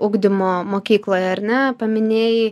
ugdymo mokykloje ar ne paminėjai